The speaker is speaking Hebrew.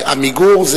"עמיגור",